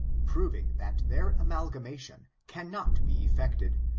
proving that their amalgamation cannot be effected,